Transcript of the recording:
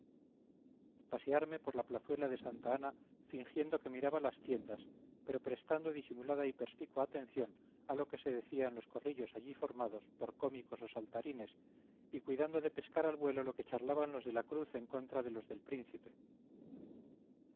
pasearme por la plazuela de santa ana fingiendo que miraba las tiendas pero prestando disimulada y perspicua atención a lo que se decía en los corrillos allí formados por cómicos o saltarines y cuidando de pescar al vuelo lo que charlaban los de la cruz en contra de los del príncipe